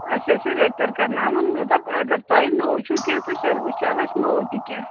اسہِ اوس یہِ ریپیَر کَرٕناوُن مےٚ دوٚپ اگر تۄہہِ نوٚو چھُو کیٚنٛہہ تہِ تیٚلہِ وُچھہِ ہاو أسۍ نوٚو تہِ کیٚنٛہہ